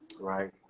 right